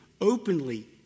openly